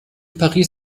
paris